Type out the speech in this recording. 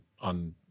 on